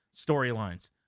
storylines